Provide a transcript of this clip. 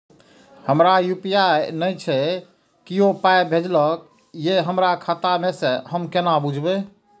हमरा यू.पी.आई नय छै कियो पाय भेजलक यै हमरा खाता मे से हम केना बुझबै?